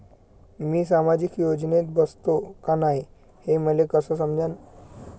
मी सामाजिक योजनेत बसतो का नाय, हे मले कस समजन?